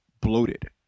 bloated